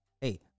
Hey